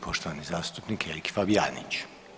poštovani zastupnik Erik Fabijanić.